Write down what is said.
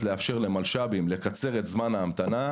לאפשר למלש"בים מועמדים לשירות לקצר את זמן ההמתנה.